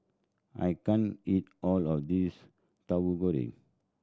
I can't eat all of this Tauhu Goreng